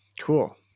Cool